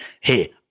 hey